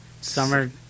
Summer